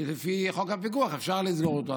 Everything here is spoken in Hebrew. ולפי חוק הפיקוח אפשר לסגור אותו.